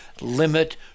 limit